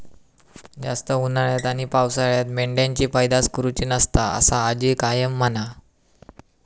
जास्त उन्हाळ्यात आणि पावसाळ्यात मेंढ्यांची पैदास करुची नसता, असा आजी कायम म्हणा